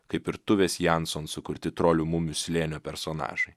kaip ir tuvės janson sukurti trolių mumių slėnio personažai